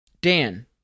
Dan